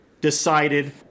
decided